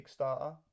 Kickstarter